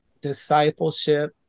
discipleship